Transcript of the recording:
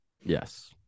Yes